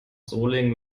solingen